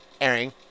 airing